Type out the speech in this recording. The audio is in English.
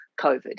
covid